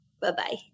Bye-bye